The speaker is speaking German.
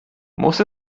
muss